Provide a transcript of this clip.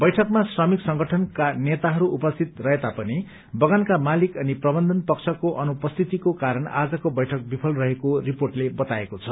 बैठकमा श्रमिक संगठनका नेताहरू उपस्थित रहे तापनि बगानका मालिक अनि प्रबन्धन पक्षको अनुपस्थितिको कारण आजको बैठक विफल रहेको रिपोर्टले बताएको छ